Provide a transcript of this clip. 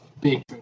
big